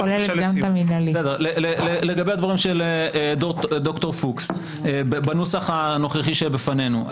לגבי הדברים של ד"ר פוקס בנוסח הנוכחי שבפנינו.